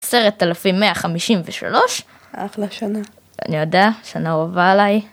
10153, אחלה שנה, אני יודע, שנה אהובה עליי.